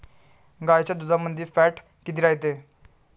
गाईच्या दुधामंदी फॅट किती रायते?